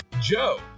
Joe